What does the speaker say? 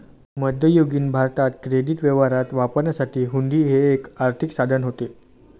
मध्ययुगीन भारतात क्रेडिट व्यवहारात वापरण्यासाठी हुंडी हे एक आर्थिक साधन होते